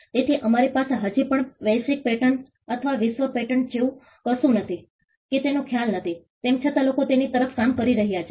તેથી અમારી પાસે હજી પણ વૈશ્વિક પેટન્ટ અથવા વિશ્વ પેટન્ટ જેવું કશું નથી કે તેનો ખ્યાલ નથી તેમ છતાં લોકો તેની તરફ કામ કરી રહ્યા છે